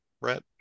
Brett